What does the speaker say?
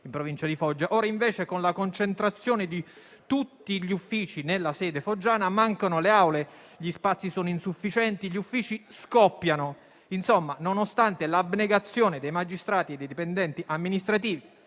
invece con la concentrazione di tutti gli uffici nella sede foggiana mancano le aule, gli spazi sono insufficienti, gli uffici scoppiano. Insomma, nonostante l'abnegazione dei magistrati e dei dipendenti amministrativi,